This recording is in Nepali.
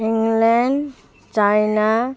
England China